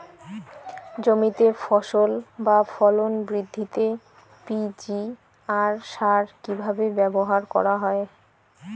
জমিতে ফসল বা ফলন বৃদ্ধিতে পি.জি.আর সার কীভাবে ব্যবহার করা হয়?